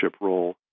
role